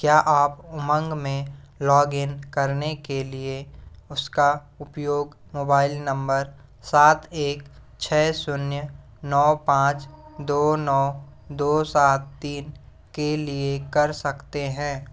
क्या आप उमंग में लॉग इन करने के लिए उसका उपयोग मोबाइल नंबर सात एक छः शून्य नौ पाँच दो नौ दो सात तीन के लिए कर सकते हैं